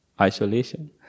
isolation